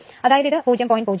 അതായത് ഇത് 0